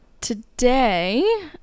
today